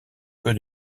peu